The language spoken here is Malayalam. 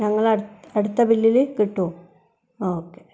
ഞങ്ങളുടെ അടുത്ത ബില്ലില് കിട്ടുമോ ഓക്കെ